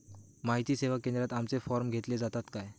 माहिती सेवा केंद्रात आमचे फॉर्म घेतले जातात काय?